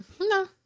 No